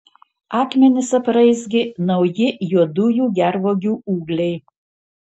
akmenis apraizgė nauji juodųjų gervuogių ūgliai